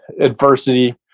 adversity